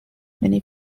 many